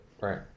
right